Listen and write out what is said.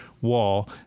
wall